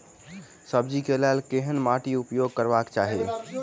सब्जी कऽ लेल केहन माटि उपयोग करबाक चाहि?